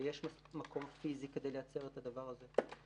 ושיש מקום פיזי כדי לאפשר את הדבר הזה.